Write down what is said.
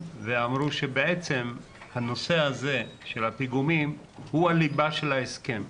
ואמרו שבעצם הנושא של הפיגומים הוא הליבה של ההסכם.